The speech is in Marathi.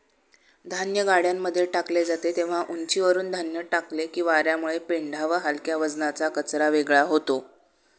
धान्य गाड्यांमध्ये टाकले जाते तेव्हा उंचीवरुन धान्य टाकले की वार्यामुळे पेंढा व हलक्या वजनाचा कचरा वेगळा होतो